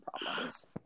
problems